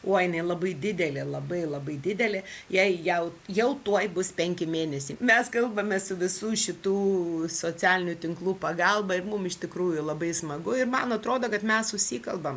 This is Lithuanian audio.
uoj jinai labai didelė labai labai didelė jai jau jau tuoj bus penki mėnesiai mes kalbamės su visų šitų socialinių tinklų pagalba ir mum iš tikrųjų labai smagu ir man atrodo kad mes susikalbam